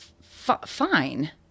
fine